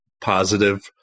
positive